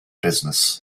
business